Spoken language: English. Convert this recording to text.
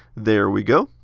there we go,